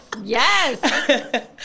Yes